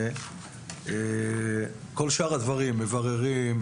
כל שאר הדברים מבררים,